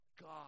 God